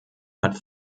hat